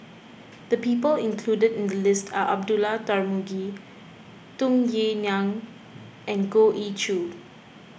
the people included in the list are Abdullah Tarmugi Tung Yue Nang and Goh Ee Choo